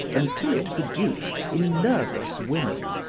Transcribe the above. until it produced, in nervous women,